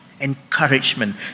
encouragement